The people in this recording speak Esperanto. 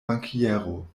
bankiero